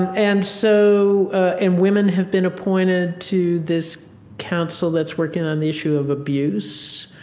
and so and women have been appointed to this council that's working on the issue of abuse.